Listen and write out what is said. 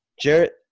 Jarrett